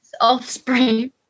Offspring